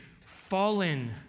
fallen